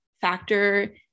factor